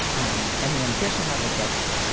um and the ambition level gets